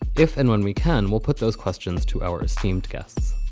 if and when we can, we'll put those questions to our esteemed guests